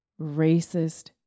racist